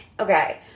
Okay